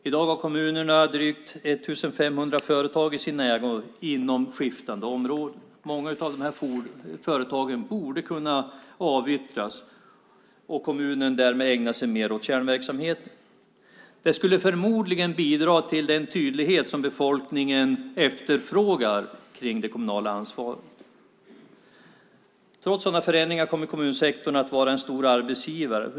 I dag har kommunerna drygt 1 500 företag i sin ägo inom skiftande områden. Många av företagen borde kunna avyttras och kommunen därmed ägna sig mer åt kärnverksamheten. Det skulle förmodligen bidra till den tydlighet som befolkningen efterfrågar i det kommunala ansvaret. Trots sådana förändringar kommer kommunsektorn att vara en stor arbetsgivare.